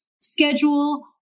schedule